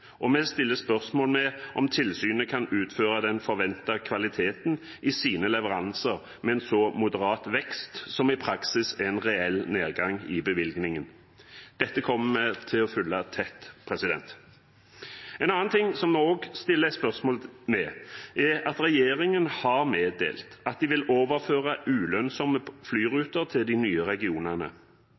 og vi stiller spørsmål ved om tilsynet kan utføre den forventede kvaliteten i sine leveranser med en så moderat vekst, som i praksis er en reell nedgang i bevilgningen. Dette kommer vi til å følge tett. En annen ting som vi også stiller spørsmål ved, er at regjeringen har meddelt at de vil overføre ulønnsomme flyruter til de nye regionene.